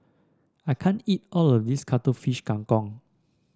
I can't eat all of this Cuttlefish Kang Kong